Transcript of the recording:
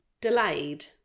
delayed